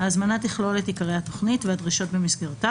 ההזמנה תכלול את עיקרי התכנית והדרישות במסגרתה